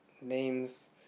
names